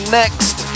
next